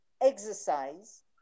exercise